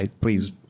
Please